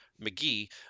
McGee